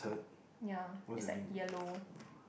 ya it's like yellow